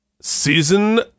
season